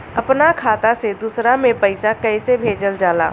अपना खाता से दूसरा में पैसा कईसे भेजल जाला?